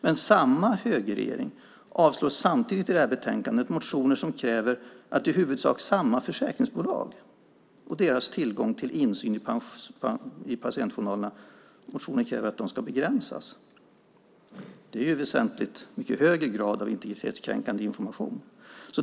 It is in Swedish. Men samma högerregering avslår samtidigt i betänkandet motioner som kräver att i huvudsak samma försäkringsbolags tillgång till insyn i patientjournalerna ska begränsas. Det är en väsentligt högre grad av integritetskränkande information.